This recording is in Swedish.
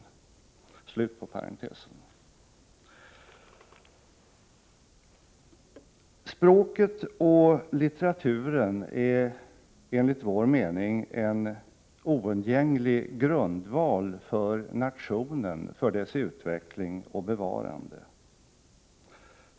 — Slut på parentesen. Språket och litteraturen är enligt vår mening en oundgänglig grundval för nationen, för dess utveckling och bevarande.